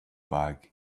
bag